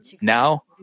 Now